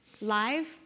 live